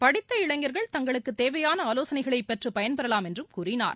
படித்த இளைஞர்கள் தங்களுக்குத் தேவையான ஆலோசனைகளைப் பெற்று பயன்பெறவாம் என்றும் கூறினார்